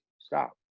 stop